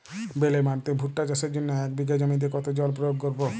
বেলে মাটিতে ভুট্টা চাষের জন্য এক বিঘা জমিতে কতো জল প্রয়োগ করব?